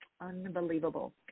Unbelievable